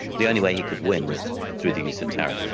the only way he could win was through the use of terror.